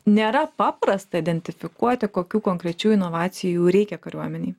nėra paprasta identifikuoti kokių konkrečių inovacijų reikia kariuomenei